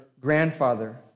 grandfather